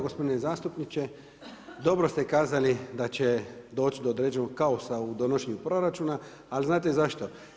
Gospodine zastupniče, dobro ste kazali da će doći do određenog kaosa u donošenju proračuna ali znate zašto?